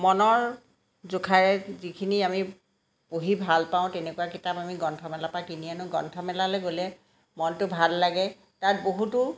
মনৰ জোখাৰে যিখিনি আমি পঢ়ি ভাল পাওঁ তেনেকুৱা কিতাপ আমি গ্ৰন্থমেলাৰ পৰা কিনি আনো গ্ৰন্থমেলালৈ গ'লে মনটো ভাল লাগে তাত বহুতো